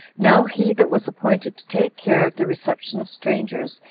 now he that was appointed to take care of the reception of strangers,